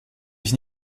ich